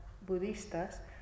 budistas